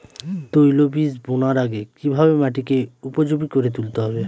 তৈলবীজ বোনার আগে কিভাবে মাটিকে উপযোগী করে তুলতে হবে?